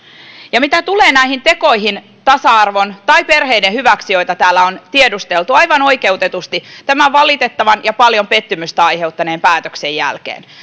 mitä tulee näihin tekoihin tasa arvon tai perheiden hyväksi joita täällä on tiedusteltu aivan oikeutetusti tämän valitettavan ja paljon pettymystä aiheuttaneen päätöksen jälkeen niin